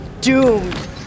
doomed